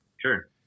Sure